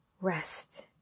rest